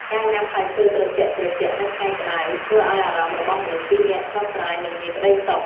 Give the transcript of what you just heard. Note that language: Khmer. ការញ៉ាំផ្លែឈើត្រជាក់ៗនៅថ្ងៃក្ដៅ ធ្វើឱ្យអារម្មណ៍របស់មនុស្សពីរនាក់ស្រស់ស្រាយ និងមានក្ដីសុខ។